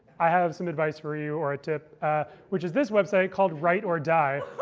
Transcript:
i have some advice for you or a tip which is this website, called write or die.